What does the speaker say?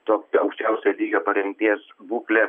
tokią aukščiausio lygio parengties būklę